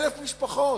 1,000 משפחות.